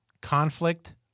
Conflict